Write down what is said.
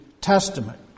Testament